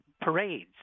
parades